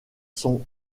sont